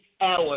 hours